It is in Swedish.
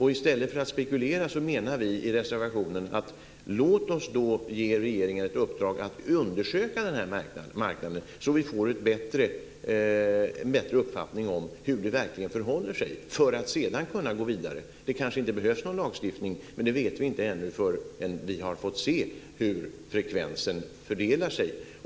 I reservationen menar vi att i stället för att spekulera så låt oss ge regeringen i uppdrag att undersöka denna marknad, så att vi får en bättre uppfattning om hur det verkligen förhåller sig för att sedan kunna gå vidare. Det kanske inte behövs någon lagstiftning, men det vet vi inte förrän vi har fått se hur frekvensen fördelar sig.